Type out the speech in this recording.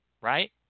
Right